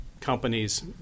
companies